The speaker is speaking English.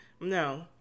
No